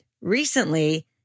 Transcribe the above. recently